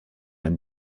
and